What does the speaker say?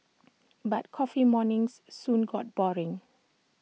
but coffee mornings soon got boring